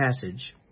passage